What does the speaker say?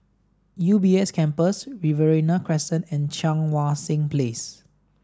U B S Campus Riverina Crescent and Cheang Wan Seng Place